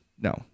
no